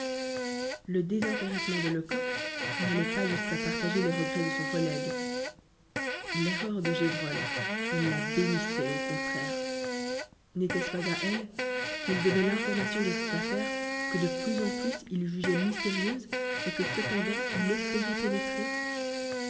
le désintéressement de lecoq n'allait pas jusqu'à partager les regrets de son collègue l'erreur de gévrol il la bénissait au contraire n'était-ce pas à elle qu'il devait l'information de cette affaire que de plus en plus il jugeait mystérieuse et que cependant il espérait pénétrer